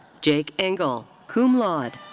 jake engel, cum laude.